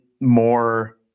more